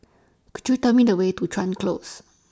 Could YOU Tell Me The Way to Chuan Close